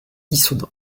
issoudun